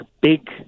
big